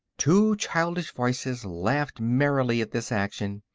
two childish voices laughed merrily at this action,